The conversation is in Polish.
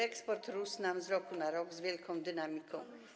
Eksport rósł nam z roku na rok z wielką dynamiką.